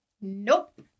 Nope